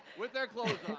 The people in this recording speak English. with our clothes